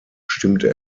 bestimmte